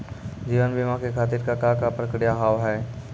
जीवन बीमा के खातिर का का प्रक्रिया हाव हाय?